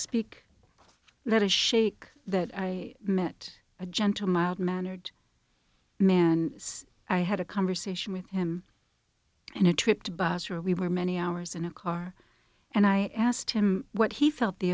speak that a shake that i met a gentle mild mannered man i had a conversation with him in a trip to bosnia we were many hours in a car and i asked him what he felt the